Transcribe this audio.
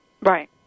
Right